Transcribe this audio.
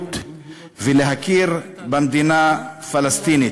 אחריות ולהכיר במדינה פלסטינית.